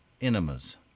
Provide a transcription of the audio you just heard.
enemas